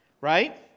right